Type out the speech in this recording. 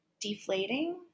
deflating